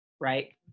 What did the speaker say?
right